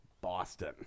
Boston